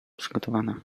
przygotowana